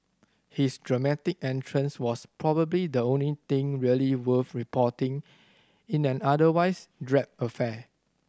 his dramatic entrance was probably the only thing really worth reporting in an otherwise drab affair